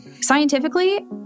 scientifically